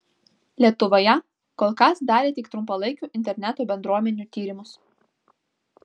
lietuvoje kol kas darė tik trumpalaikių interneto bendruomenių tyrimus